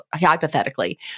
hypothetically